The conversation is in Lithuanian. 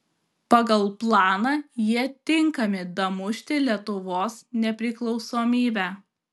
pagal planą jie tinkami damušti lietuvos nepriklausomybę